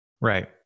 Right